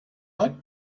like